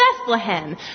Bethlehem